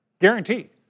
Guaranteed